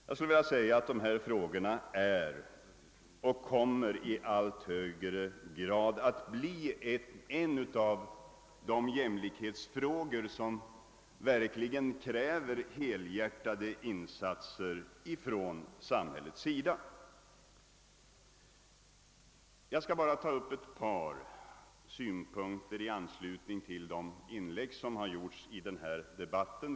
Jag skulle vilja säga att dessa frågor är och i allt högre grad kommer att bli en del av de jämlikhetsfrågor som verkligen kräver helhjärtade insatser från samhällets sida. Jag skall bara ta upp ett par synpunkter i anslutning till de inlägg som har gjorts i debatten.